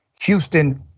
Houston